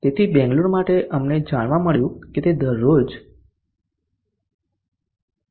તેથી બેંગ્લોર માટે અમને જાણવા મળ્યું કે તે દરરોજ 4